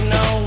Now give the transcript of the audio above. no